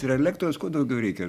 ir elektros kuo daugiau reikia